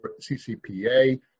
CCPA